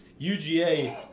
UGA